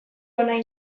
honaino